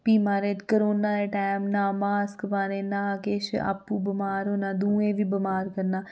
फ्ही महाराज़ करोना दे टैम ना मास्क पाने ना किश आपूं बमार होना दुएं बी बमार करना